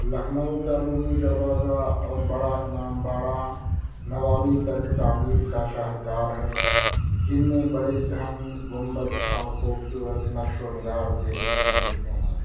لکھنؤ کا رومی دروازہ اور بڑا امام باڑہ نوابی طرز تعمیر کا شاہ کار ہے جن میں بڑے صحن گنبد اور خوبصورت نقش و نگار دیکھنے کو ملتے ہیں